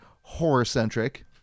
horror-centric